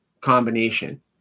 combination